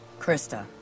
Krista